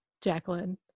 Jacqueline